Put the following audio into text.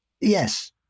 yes